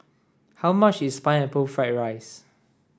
how much is pineapple fried rice